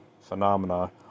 phenomena